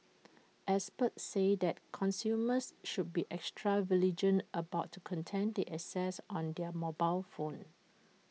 experts say that consumers should be extra vigilant about content they access on their mobile phone